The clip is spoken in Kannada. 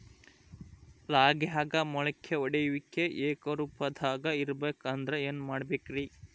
ರಾಗ್ಯಾಗ ಮೊಳಕೆ ಒಡೆಯುವಿಕೆ ಏಕರೂಪದಾಗ ಇರಬೇಕ ಅಂದ್ರ ಏನು ಮಾಡಬೇಕ್ರಿ?